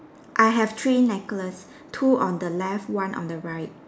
I have three necklace two on the left one on the right